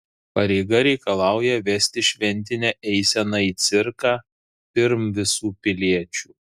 pareiga reikalauja vesti šventinę eiseną į cirką pirm visų piliečių